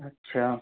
अच्छा